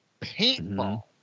Paintball